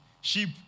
Sheep